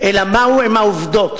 אלא מהן העובדות,